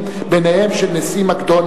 אדוני